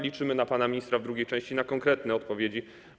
Liczymy na pana ministra w drugiej części, na konkretne odpowiedzi.